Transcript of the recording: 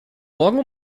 morgen